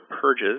purges